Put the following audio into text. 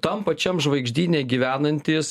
tam pačiam žvaigždyne gyvenantys